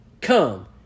come